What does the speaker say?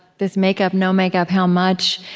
this makeup, no-makeup, how much,